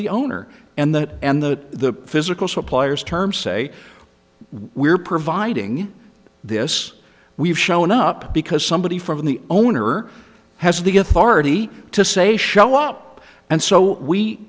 the owner and the and the physical suppliers terms say we are providing this we've shown up because somebody from the owner has the authority to say show up and so we